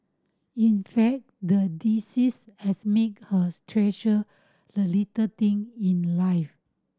in fact the disease has made hers treasure the little thing in life